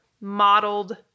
modeled